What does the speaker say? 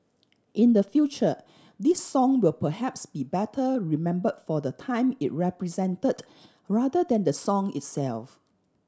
in the future this song will perhaps be better remember for the time it represented rather than the song itself